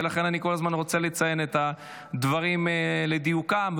ולכן אני כל הזמן רוצה לציין את הדברים על דיוקם,